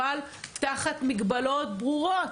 אבל תחת מגבלות ברורות.